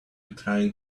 trying